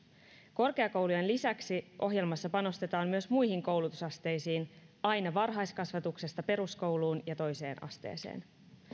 korkeakoulujen lisäksi ohjelmassa panostetaan myös muihin koulutusasteisiin aina varhaiskasvatuksesta peruskouluun ja toiseen asteeseen